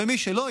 מי שלא,